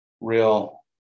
real